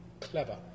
clever